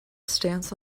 stance